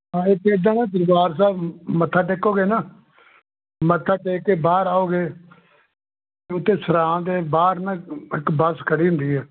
ਹਾਂ ਇੱਥੇ ਇੱਦਾਂ ਨਾ ਦਰਬਾਰ ਸਾਹਿਬ ਮੱਥਾ ਟੇਕੋਗੇ ਨਾ ਮੱਥਾ ਟੇਕ ਕੇ ਬਾਹਰ ਆਓਗੇ ਅਤੇ ਉੱਥੇ ਸਰਾਂ ਦੇ ਬਾਹਰ ਨਾ ਇੱਕ ਬੱਸ ਖੜ੍ਹੀ ਹੁੰਦੀ ਆ